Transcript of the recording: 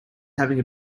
having